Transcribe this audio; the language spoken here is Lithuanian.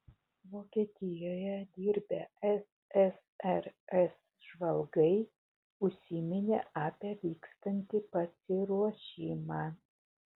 vokietijoje dirbę ssrs žvalgai užsiminė apie vykstantį pasiruošimą